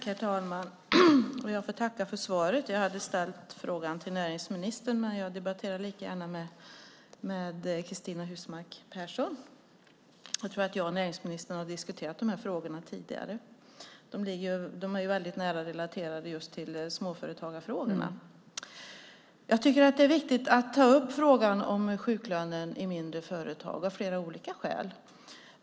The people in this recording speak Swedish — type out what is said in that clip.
Herr talman! Jag tackar för svaret. Jag hade ställt frågan till näringsministern, men jag debatterar lika gärna med Cristina Husmark Pehrsson. Jag tror att jag och näringsministern har diskuterat de här frågorna tidigare. De är ju nära relaterade just till småföretagarfrågorna. Jag tycker att det är viktigt att ta upp frågan om sjuklönen i mindre företag av flera olika skäl.